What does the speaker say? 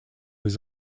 was